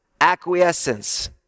acquiescence